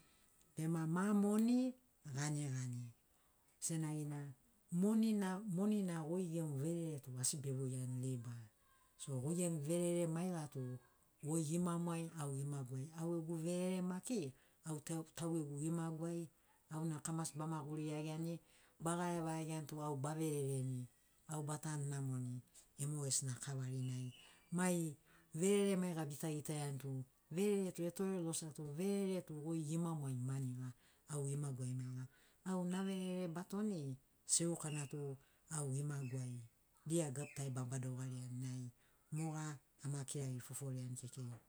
Bema ma moni ganigani senagina monina monina goi gemu verere tu asi bevoiani liba so goi gemu verere maiga tug oi gimamu ai au gimagu ai au gegu verere maki au taugegu gimagu ai auna kamasi bamaguri iagiani bagareva iagiani tu au ba verereni au batan namoni e mogesina kavari nai mai verere maiga bita gitaiani tu verere tu etore losiato verere tu goi gimamu ai manega au gimagu ai maiga au naverere batoni seukana tu au gimagu ai dia gabutai badogariani nai moga ama kirari foforiani kekei